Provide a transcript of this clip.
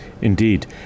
indeed